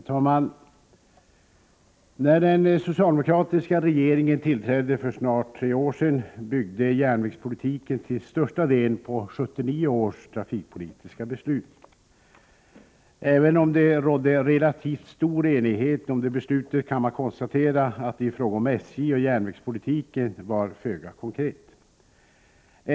Herr talman! När den socialdemokratiska regeringen tillträdde för snart tre år sedan byggde järnvägspolitiken till största delen på 1979 års trafikpolitiska beslut. Även om det rådde relativt stor enighet om det beslutet, kan man konstatera att det i fråga om SJ och järnvägspolitiken var föga konkret.